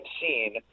seen